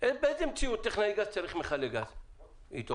באיזו מציאות טכנאי גז צריך מכלי גז איתו?